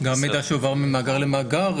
גם מידע שהועבר ממאגר למאגר,